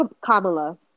Kamala